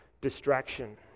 Distraction